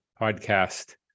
podcast